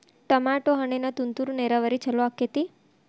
Tomato ಹಣ್ಣಿಗೆ ತುಂತುರು ನೇರಾವರಿ ಛಲೋ ಆಕ್ಕೆತಿ?